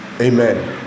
Amen